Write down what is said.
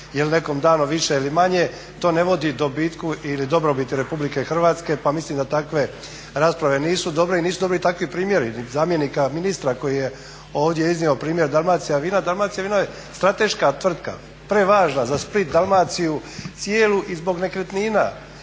nekom danom više ili manje, to ne vodi dobitku ili dobrobiti RH pa mislim da takve rasprave i nisu dobri takvi primjeri. I zamjenika ministra koji je ovdje iznio primjer Dalmacijavina, Dalmacijavino je strateška tvrtka, prevažna za Split, Dalmaciju cijelu i zbog nekretnina